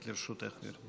גברתי, עד חמש דקות לרשותך.